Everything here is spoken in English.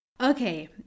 Okay